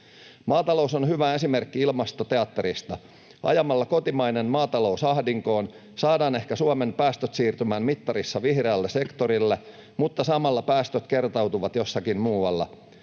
Maatalous on hyvä esimerkki ilmastoteatterista. Ajamalla kotimainen maatalous ahdinkoon saadaan ehkä Suomen päästöt siirtymään mittarissa vihreälle sektorille, mutta samalla päästöt kertautuvat jossakin muualla.